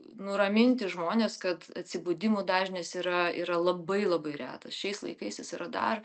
nuraminti žmones kad atsibudimų dažnis yra yra labai labai retas šiais laikais jis yra dar